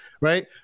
right